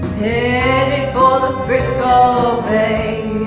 and and for the frisco bay